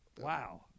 wow